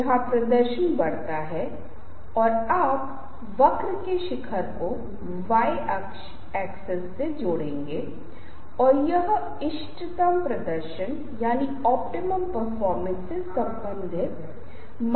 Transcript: वह डूब रहा है और आप देखते हैं कि इन सभी चीजों और खाली बुलबुले से पता चलता है कि वह बोलने वाला पहला व्यक्ति है